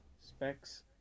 Specs